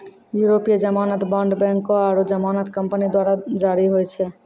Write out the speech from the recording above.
यूरोपीय जमानत बांड बैंको आरु जमानत कंपनी द्वारा जारी होय छै